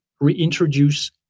reintroduce